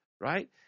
Right